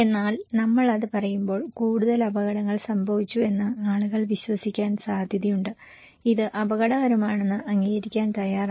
എന്നാൽ നമ്മൾ അത് പറയുമ്പോൾ കൂടുതൽ അപകടങ്ങൾ സംഭവിച്ചുവെന്ന് ആളുകൾ വിശ്വസിക്കാൻ സാധ്യതയുണ്ട് ഇത് അപകടകരമാണെന്ന് അംഗീകരിക്കാൻ തയ്യാറാണ്